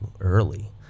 early